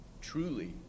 Truly